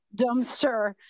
dumpster